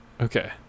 Okay